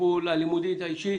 הלימודית האישית,